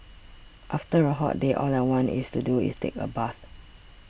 after a hot day all I want to do is take a bath